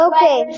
Okay